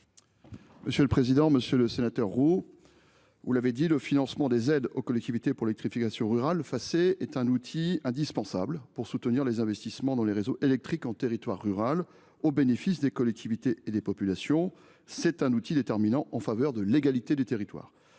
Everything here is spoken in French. ministre délégué. Monsieur le sénateur Roux, vous l’avez dit, le financement des aides aux collectivités pour l’électrification rurale, le Facé, est un outil indispensable pour soutenir les investissements dans les réseaux électriques des territoires ruraux, au bénéfice des collectivités et des populations. Il constitue un levier déterminant en faveur de l’égalité des territoires.